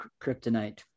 kryptonite